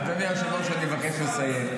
אדוני היושב-ראש, אני מבקש לסיים.